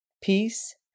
Peace